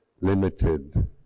limited